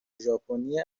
ژاپنی